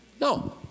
no